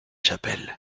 chapelle